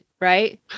right